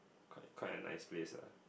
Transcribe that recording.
quite quite a nice place lah